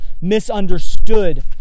misunderstood